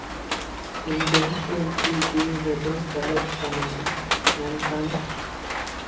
ᱤᱧ ᱫᱚ L P G ᱨᱮᱫᱚ ᱥᱮᱞᱮᱫ ᱵᱟᱹᱱᱩᱧᱟ ᱢᱮᱱᱠᱷᱟᱱ